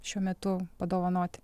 šiuo metu padovanoti